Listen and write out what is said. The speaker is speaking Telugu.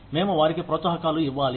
మేము వారికి ప్రోత్సాహకాలు ఇవ్వాలి